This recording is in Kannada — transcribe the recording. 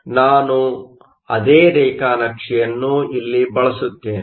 ಆದ್ದರಿಂದ ನಾನು ಅದೇ ರೇಖಾನಕ್ಷೆಯನ್ನು ಇಲ್ಲಿ ಬಳಸುತ್ತೇನೆ